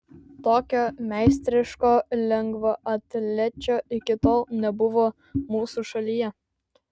tokio meistriško lengvaatlečio iki tol nebuvo mūsų šalyje